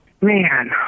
man